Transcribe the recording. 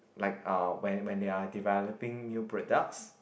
like ah when when they are developing new products